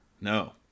No